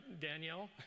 Danielle